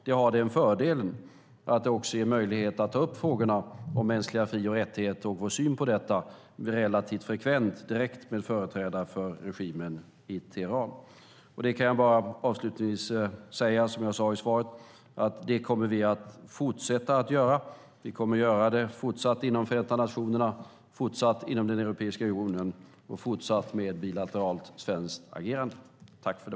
Det har också fördelen att det ger möjlighet att ta upp frågorna om mänskliga fri och rättigheter relativt frekvent direkt med företrädare för regimen i Teheran. Som jag sade i svaret kommer vi att fortsätta att göra det. Vi kommer att göra det fortsatt inom Förenta nationerna, inom Europeiska unionen och inom bilateralt svenskt agerande.